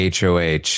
HOH